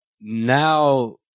now